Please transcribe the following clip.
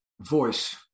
voice